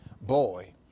boy